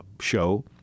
show